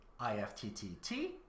IFTTT